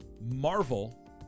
Marvel